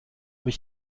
ich